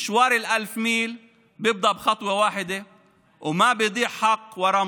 מרחק של 1,000 מיילים מתחיל בצעד